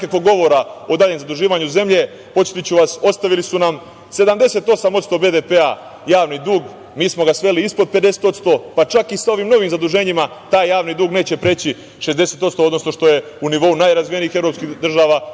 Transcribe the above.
nikakvog govora o daljem zaduživanju zemlje. Podsetiću vas, ostavili su nam 78% BDP javni dug. Mi smo ga sveli ispod 50%, pa čak i sa ovim novim zaduženjima taj javni dug neće preći 60%, što je u nivou najrazvijenijih evropskih država,